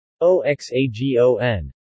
O-X-A-G-O-N